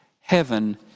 heaven